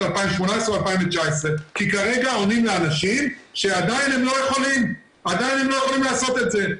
2018 או 2019 כי כרגע עונים לאנשים שעדיין הם לא יכולים לעשות את זה.